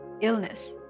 illness